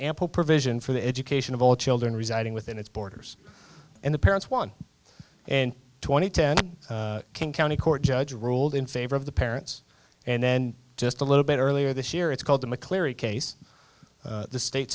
ample provision for the education of all children residing within its borders and the parents one and twenty ten king county court judge ruled in favor of the parents and then just a little bit earlier this year it's called the mccleary case the state